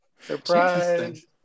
surprise